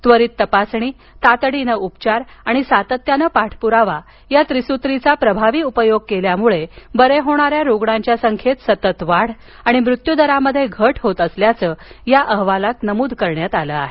त्वरित तपासणी तातडीनं उपचार आणि सातत्यानं पाठपुरावा या त्रिसूत्रीचा प्रभावी उपयोग केल्यामुळे बरे होणाऱ्या रुग्णांच्या संख्येत सतत वाढ आणि मृत्युदरात घट होत असल्याचं या अहवालात नमूद करण्यात आलं आहे